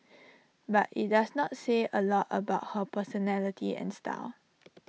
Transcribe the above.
but IT does not say A lot about her personality and style